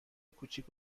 کوچیک